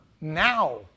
now